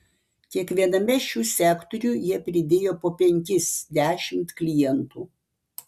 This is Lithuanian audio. kiekviename šių sektorių jie pridėjo po penkis dešimt klientų